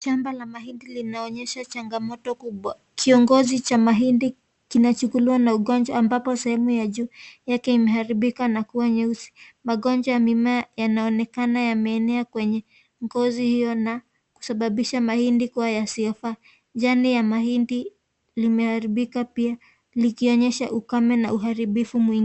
Shamba la mahindi linaonyesha changamoto kubwa, kiongozi cha mahindi kinachukuliwa na ugonjwa ambapo sehemu ya juu yake, imeharibika na kuwa nyeusi. Magonjwa ya mimea yanaonekana yameenea kwenye ngozi hiyo ,na kusababisha mahindi kuwa yasiyofaa. Jani la mahindi limeharibika pia, lilionyesha ukame na uharibifu mwingi.